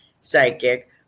Psychic